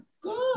good